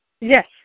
Yes